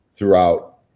throughout